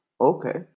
okay